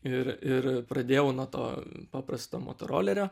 ir ir pradėjau nuo to paprasto motorolerio